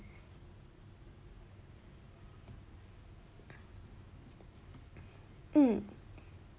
mm